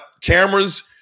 cameras